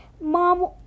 mom